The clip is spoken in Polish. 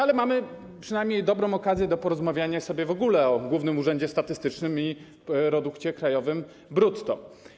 Ale mamy przynajmniej dobrą okazję do porozmawiania sobie w ogóle o Głównym Urzędzie Statystycznym i produkcie krajowym brutto.